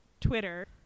Twitter